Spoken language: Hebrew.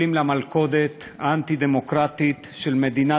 נופלים למלכודת האנטי-דמוקרטית של מדינה